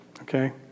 Okay